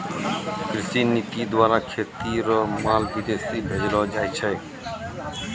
कृषि नीति द्वारा खेती रो माल विदेश भेजलो जाय छै